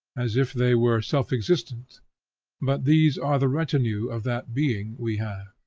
as if they were self-existent but these are the retinue of that being we have.